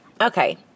okay